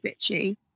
bitchy